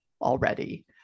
already